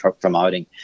promoting